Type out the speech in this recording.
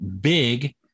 big